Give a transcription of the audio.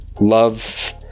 love